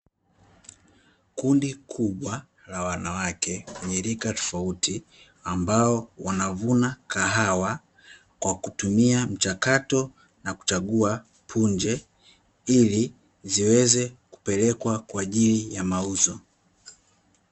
Kundi kubwa la wanawake lenye rika tofauti ambao, wanavuna kahawa kwakutumia mchakato na kwa kuchagua punje ili ziweze kupelekwa kwajili ya mauzo.